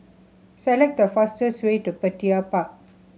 select the fastest way to Petir Park